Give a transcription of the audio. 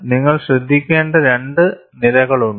നിങ്ങൾ ശ്രദ്ധിക്കേണ്ട രണ്ട് നിരകളുണ്ട്